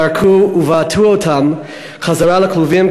זרקו ובעטו אותן חזרה לכלובים,